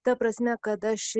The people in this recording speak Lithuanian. ta prasme kad aš